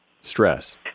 stress